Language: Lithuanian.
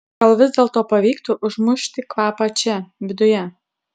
gal vis dėlto pavyktų užmušti kvapą čia viduje